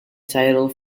title